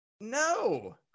No